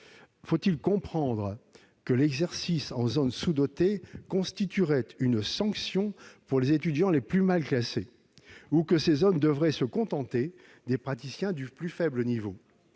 Faut-il comprendre que l'exercice en zone sous-dotée constituerait une sanction pour les étudiants les plus mal classés ? Faut-il comprendre que ces zones devraient se contenter des praticiens du plus faible niveau ?